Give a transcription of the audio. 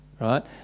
Right